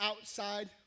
outside